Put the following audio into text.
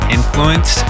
Influence